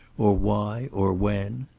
or why or when?